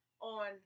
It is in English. on